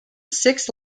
six